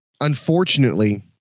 Unfortunately